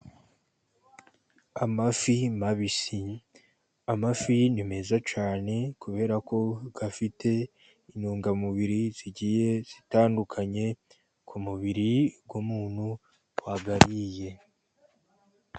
Amafi mabisi, amafi ni meza cyane kubera ko afite intungamubiri zigiye zitandukanye ku mubiri w'umuntu wayariye.